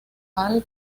all